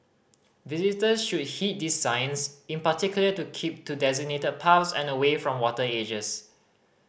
visitor should heed these signs in particular to keep to designated paths and away from water edges